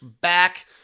back